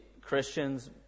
Christians